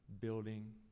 building